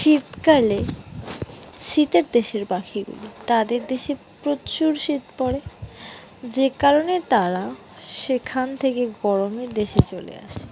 শীতকালে শীতের দেশের পাখিগুলি তাদের দেশে প্রচুর শীত পড়ে যে কারণে তারা সেখান থেকে গরমের দেশে চলে আসে